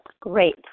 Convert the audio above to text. Great